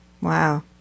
Wow